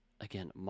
again